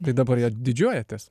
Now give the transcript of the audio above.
tai dabar juo didžiuojatės